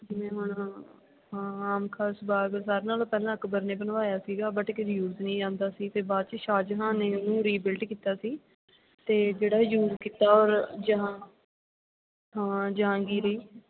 ਜਿਵੇਂ ਹੁਣ ਆਮ ਖਾਸ ਬਾਗ ਸਾਰਿਆਂ ਨਾਲੋਂ ਪਹਿਲਾਂ ਅਕਬਰ ਨੇ ਬਣਵਾਇਆ ਸੀਗਾ ਬਟ ਇੱਕ ਯੂਜ ਨਹੀਂ ਜਾਂਦਾ ਸੀ ਅਤੇ ਬਾਅਦ 'ਚ ਸ਼ਾਹਜਹਾਂ ਨੇ ਉਹਨੂੰ ਰੀਬਿਲਟ ਕੀਤਾ ਸੀ ਅਤੇ ਜਿਹੜਾ ਯੂਜ ਕੀਤਾ ਔਰ ਜਹਾ ਹਾਂ ਜਹਾਂਗੀਰ ਹੀ